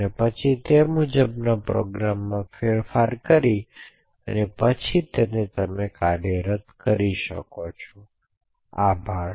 અને પછી તે મુજબના પ્રોગ્રામ્સમાં ફેરફાર કરી અને પછી તેને કાર્યરત કરી શકાય આભાર